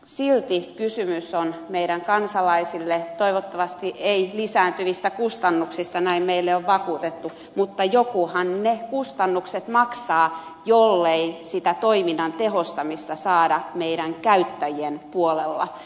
silti kysymys on kansalaisille toivottavasti ei lisääntyvistä kustannuksista näin meille on vakuutettu mutta jokuhan ne kustannukset maksaa jollei sitä toiminnan tehostamista saada meidän käyttäjien puolella